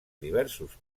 diversos